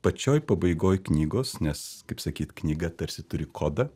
pačioj pabaigoj knygos nes kaip sakyt knyga tarsi turi kodą